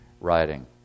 writing